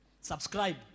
Subscribe